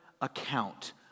account